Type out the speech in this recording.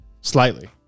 Slightly